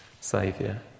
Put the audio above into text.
Saviour